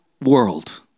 world